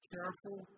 Careful